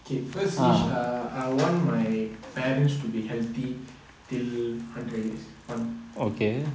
okay first wish err I want my parents to be healthy till hundred years on